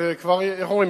איך אומרים?